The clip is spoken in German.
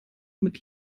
mit